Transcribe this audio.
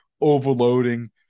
overloading